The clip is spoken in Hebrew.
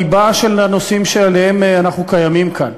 בליבה של הנושאים שעליהם אנחנו קיימים כאן.